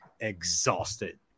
exhausted